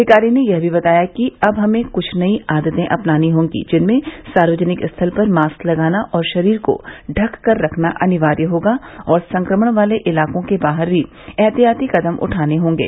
अधिकारी ने यह भी बताया कि अब हमें कुछ नई आदतें अपनानी होंगी जिनमें सार्वजनिक स्थल पर मास्क लगाना और शरीर को ढक कर रखना अनिवार्य होगा और संक्रमण वाले इलाकों के बाहर भी एहतियाती कदम उठाने होंगे